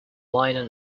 liner